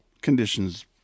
Conditions